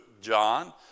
John